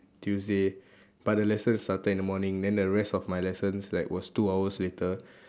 Tuesday but the lesson started in the morning then the rest of my lessons like was two hours later